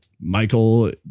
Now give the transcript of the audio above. Michael